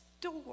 door